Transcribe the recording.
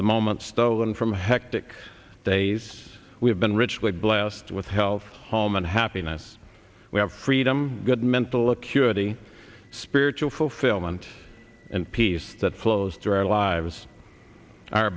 the moment stolen from hectic days we have been richly blessed with health home and happiness we have freedom good mental acuity spiritual fulfillment and peace that flows through our lives are